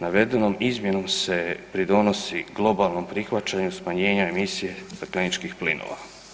Navedenom izmjenom se pridonosi globalnom prihvaćanju smanjenja emisije stakleničkih plinova.